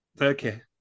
Okay